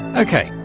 okay,